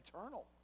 eternal